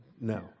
No